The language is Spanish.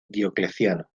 diocleciano